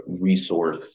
resource